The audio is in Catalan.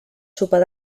sopar